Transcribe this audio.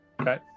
Okay